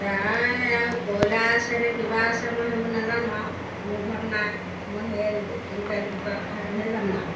তাৰে আৰু কইলা আছেনে কিবা আছে মই সেইবোৰ নাজানো আৰু মোৰ ঘৰত নাই মই সেই লোকেল কুকুৰা কথাটোহে জানো আৰু